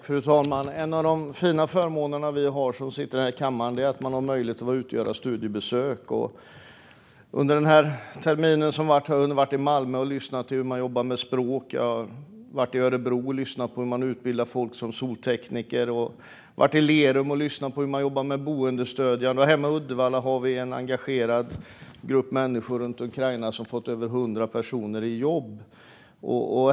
Fru talman! En av de fina förmåner vi som sitter i riksdagen har är möjligheten att vara ute och göra studiebesök. Under den gångna terminen har jag varit i Malmö och lyssnat till hur man jobbar med språk. Jag varit i Örebro och lyssnat på hur man utbildar folk som soltekniker. Jag har varit i Lerum och lyssnat på hur man jobbar med boendestödjare. Hemma i Uddevalla har vi en grupp människor med ett engagemang för Ukraina som har fått över 100 personer i jobb.